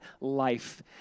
life